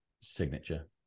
signature